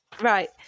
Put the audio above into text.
right